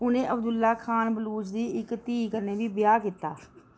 उ'नें अब्दुल्ला खान बलूच दी इक धीऽ कन्नै बी ब्याह् कीता